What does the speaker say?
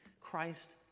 Christ